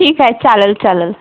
ठीक आहे चालेल चालेल